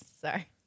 sorry